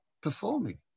performing